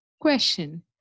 question